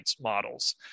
models